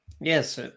Yes